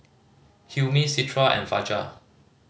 Hilmi Citra and Fajar